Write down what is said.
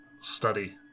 study